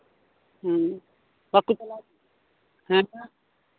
ᱦᱮᱸ ᱵᱟᱠᱚ ᱪᱟᱞᱟᱣ ᱦᱮᱸ